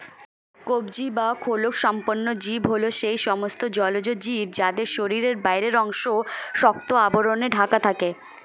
কবচী বা খোলকসম্পন্ন জীব হল সেই সমস্ত জলজ জীব যাদের শরীরের বাইরের অংশ শক্ত আবরণে ঢাকা থাকে